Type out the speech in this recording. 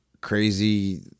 crazy